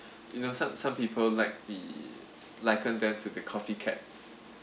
you know some some people like the slackened there to the coffee cats